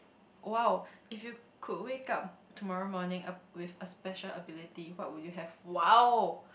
!wow! if you could wake up tomorrow morning a with a special ability what would you have !wow!